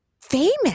famous